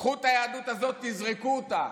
קחו את היהדות הזאת, תזרקו אותה.